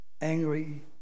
angry